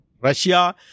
Russia